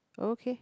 okay